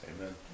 Amen